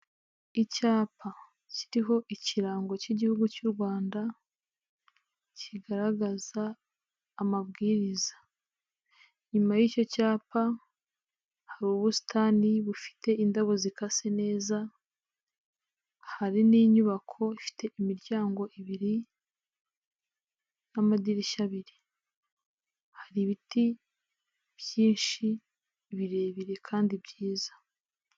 Icyapa kiriho ikirango cy'Igihugu cy'u Rwanda kigaragaza amabwiriza. Inyuma y'icyo cyapa hari ubusitani bufite indabo zikase neza, hari n'inyubako ifite imiryango ibiri n'amadirishya abiri. Hari ibiti byinshi birebire kandi byiza.